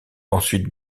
ensuite